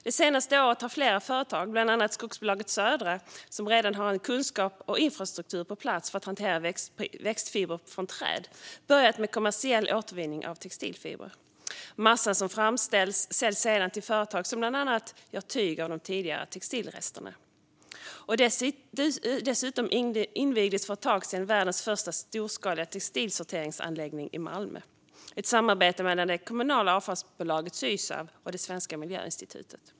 Det senaste året har flera företag, bland annat skogsbolaget Södra som redan har en kunskap och infrastruktur på plats för att hantera växtfibrer från träd, börjat med kommersiell återvinning av textilfibrer. Massan som framställs säljs sedan till företag som bland annat gör tyg av de tidigare textilresterna. Dessutom invigdes för ett tag sedan världens första storskaliga textilsorteringsanläggning i Malmö - ett samarbete mellan det kommunala avfallsbolaget Sysav och Svenska Miljöinstitutet.